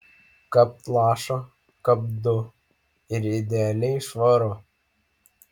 kapt lašą kapt du ir idealiai švaru